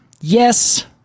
yes